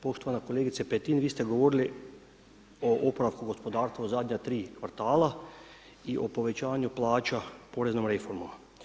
Poštovana kolegice Petin, vi ste govorili o oporavku gospodarstva u zadnja tri kvartala i o povećanju plaća poreznom reformom.